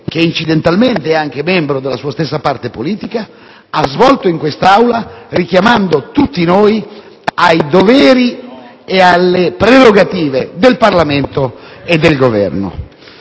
che incidentalmente è anche membro della sua stessa parte politica, ha svolto in quest'Aula richiamando tutti noi ai doveri e alle prerogative del Parlamento e del Governo.